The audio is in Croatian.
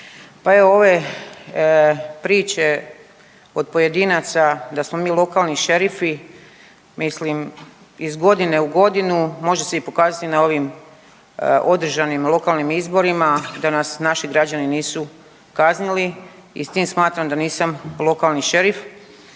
pa evo ove priče od pojedinaca da smo mi lokalni šerifi mislim iz godine u godinu može se i pokazati i na ovim održanim lokalnim izborima da nas naši građani nisu kaznili i s tim smatram da nisam lokalni šerif.